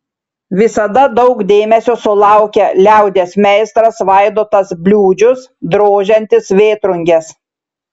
visada daug dėmesio sulaukia liaudies meistras vaidotas bliūdžius drožiantis vėtrunges